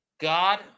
God